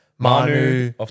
Manu